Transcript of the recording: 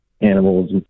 animals